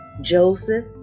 Joseph